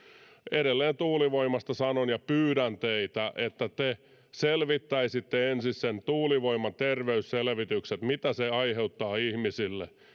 edelleen tuulivoimasta sanon ja pyydän teitä että te selvittäisitte ensin tekisitte sen tuulivoiman terveysselvityksen että mitä se aiheuttaa ihmisille